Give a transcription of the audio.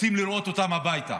רוצים לראות אותם בבית.